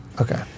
Okay